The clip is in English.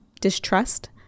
distrust